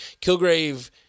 Kilgrave